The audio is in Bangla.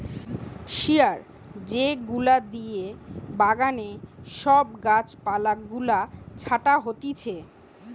শিয়ার যেগুলা দিয়ে বাগানে সব গাছ পালা গুলা ছাটা হতিছে